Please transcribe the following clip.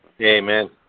Amen